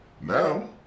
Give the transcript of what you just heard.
Now